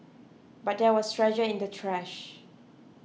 but there was treasure in the trash